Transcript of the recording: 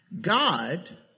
God